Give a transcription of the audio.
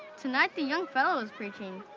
tonight, the young fellow is preaching.